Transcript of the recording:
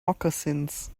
moccasins